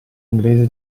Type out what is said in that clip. inglese